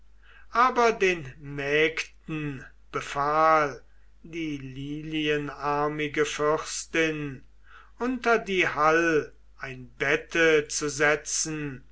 aber den mägden befahl die lilienarmige fürstin unter die hall ein bette zu setzen